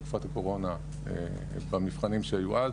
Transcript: בתקופת הקורונה והמבחנים שהיו אז,